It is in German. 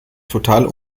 total